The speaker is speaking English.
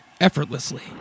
effortlessly